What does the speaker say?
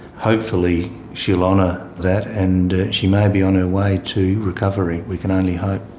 hopefully she will honour that and she may be on her way to recovery. we can only hope.